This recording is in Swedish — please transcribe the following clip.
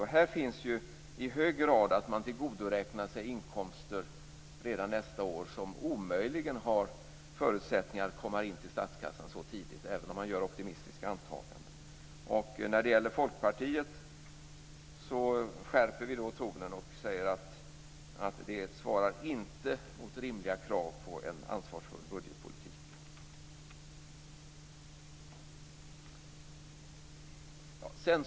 Ni tillgodoräknar er i hög grad redan nästa år inkomster som omöjligen har förutsättningar att komma in till statskassan så tidigt, även om man gör optimistiska antaganden. När det gäller Folkpartiet skärper vi tonen och säger att förslaget inte svarar mot rimliga krav på en ansvarsfull budgetpolitik.